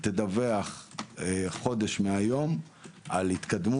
אני שמח שיש שיתוף